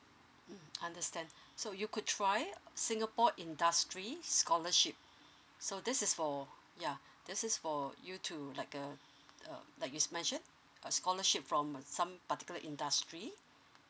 mm understand so you could try singapore industry scholarship so this is for ya this is for you to like uh like it's measured a scholarship from some particular industry